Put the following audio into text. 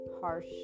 harsh